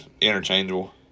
interchangeable